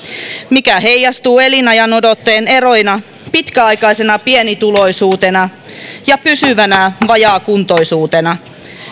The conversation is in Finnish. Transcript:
mikä heijastuu elinajanodotteen eroina pitkäaikaisena pienituloisuutena ja pysyvänä vajaakuntoisuutena